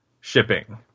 shipping